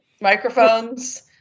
microphones